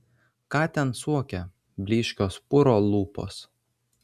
ką ten suokia blyškios puro lūpos